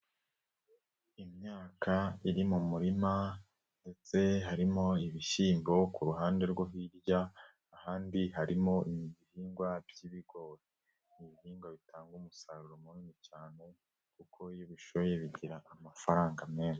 Imyaka iri mu murima ndetse harimo ibishyimbo ku ruhande rwo hirya, ahandi harimo ibihingwa by'ibigori, ni ibihingwa bitanga umusaruro munini cyane kuko iyo ubishoye bigira amafaranga menshi.